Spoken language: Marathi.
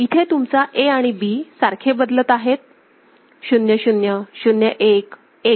इथे तुमचा A आणि B सारखे बदलत आहे 0 0 0 1 1 0